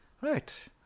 Right